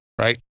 right